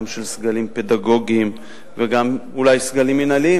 גם של סגלים פדגוגיים וגם אולי סגלים מינהליים,